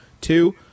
Two